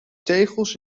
tegels